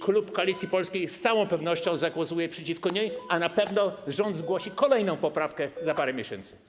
Klub Koalicji Polskiej z całą pewnością zagłosuje przeciwko niej, a na pewno rząd zgłosi kolejną poprawkę za parę miesięcy.